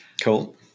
Cool